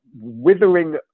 withering